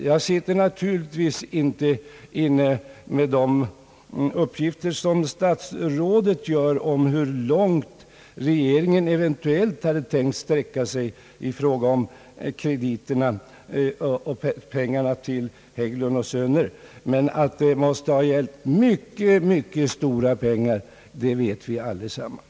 Jag sitter naturligtvis inte inne med de uppgifter som statsrådet gör om hur långt regeringen eventuellt hade tänkt sträcka sig i fråga om krediterna och pengarna till Hägglund & Söner, men att det måste ha gällt mycket stora belopp vet vi allesammans.